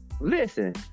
Listen